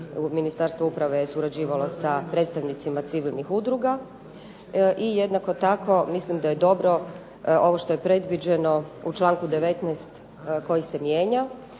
Ministarstvo uprave je surađivalo sa predstavnicima civilnih udruga. I jednako tako mislim da je dobro ovo što je predviđeno u članku 19. koji se mijenja